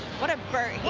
what a burt he